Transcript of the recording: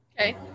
Okay